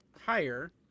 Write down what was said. higher